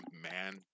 man